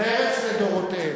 מרצ לדורותיהם.